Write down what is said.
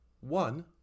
one